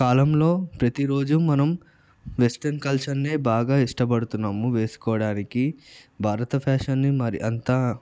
కాలంలో ప్రతిరోజు మనం వెస్ట్రన్ కల్చర్నే బాగా ఇష్టపడుతున్నాము వేసుకోడానికి భారత ఫ్యాషన్ని మరి అంత